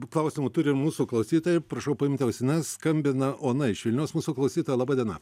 klausimų turi ir mūsų klausytojai prašau paimti ausines skambina ona iš vilniaus mūsų klausytoja laba diena